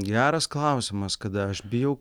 geras klausimas kada aš bijau